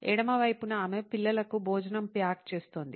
ఎడమ వైపున ఆమె పిల్లలకు భోజనం ప్యాక్ చేస్తోంది